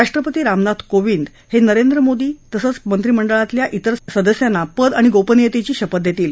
राष्ट्रपती रामनाथ कोविंद हे नरेंद्र मोदी तसंच मंत्री मंडळातल्या तिर सदस्यांना पद आणि गोपनीयतेची शपथ देतील